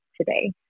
today